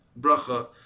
bracha